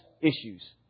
issues